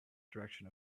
direction